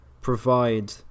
provide